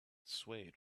swayed